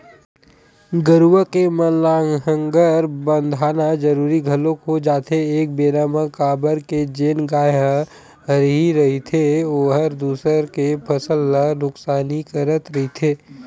गरुवा के म लांहगर बंधाना जरुरी घलोक हो जाथे एक बेरा म काबर के जेन गाय ह हरही रहिथे ओहर दूसर के फसल ल नुकसानी करत रहिथे